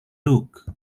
look